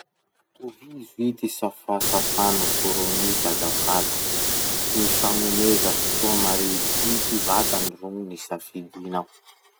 Tohizo ity safasafa noforony ity azafady: " ny fanomeza soa mare biby vatany ro nosafidinao